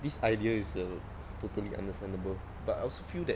this idea is a totally understandable but I also feel that